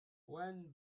when